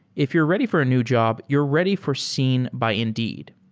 if you're ready for a new job, you're ready for seen by indeed.